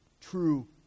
true